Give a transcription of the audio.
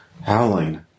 howling